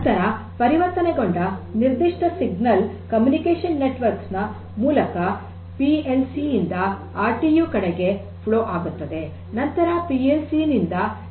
ನಂತರ ಪರಿವರ್ತನೆಗೊಂಡ ನಿರ್ದಿಷ್ಟ ಸಿಗ್ನಲ್ ಕಮ್ಯುನಿಕೇಷನ್ ನೆಟ್ವರ್ಕ್ ನ ಮುಖಾಂತರ ಪಿ ಎಲ್ ಸಿ ಯಿಂದ ಆರ್ ಟಿ ಯು ಕಡೆಗೆ ಫ್ಲೋ ಆಗುತ್ತದೆ